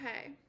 Okay